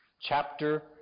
Chapter